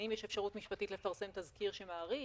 האם יש אפשרות משפטית לפרסם תזכיר שמאריך,